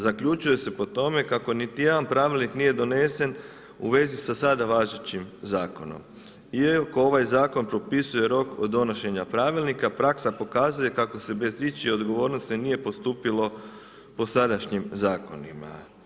Zaključuje se po tome kako niti jedan pravilnik nije donesen u vezi sa sada važećim zakonom, iako ovaj zakon propisuje rok od donošenja pravilnika praksa pokazuje kako se bez ičije odgovornosti nije postupilo po sadašnjim zakonima.